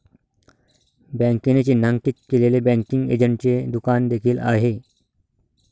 बँकेने चिन्हांकित केलेले बँकिंग एजंटचे दुकान देखील आहे